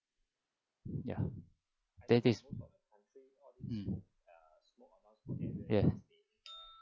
ya then this is ya mm yes